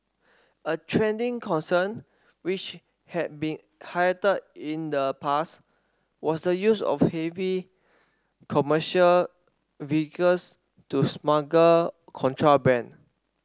a trending concern which had been in the past was the use of heavy commercial vehicles to smuggle contraband